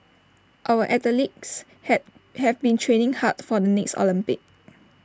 our athletes had have been training hard for the next Olympics